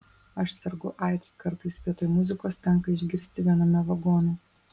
aš sergu aids kartais vietoj muzikos tenka išgirsti viename vagonų